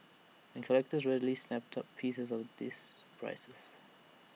and collectors readily snap up pieces at these prices